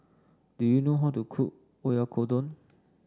do you know how to cook Oyakodon